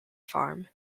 farm